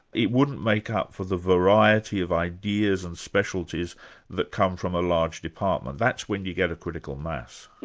it wouldn't make up for the variety of ideas and specialties that come from a large department that's when you get a critical mass.